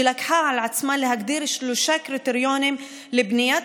שלקחה על עצמה להגדיר שלושה קריטריונים לבניית